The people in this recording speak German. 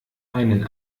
einen